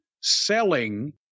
selling